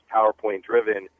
PowerPoint-driven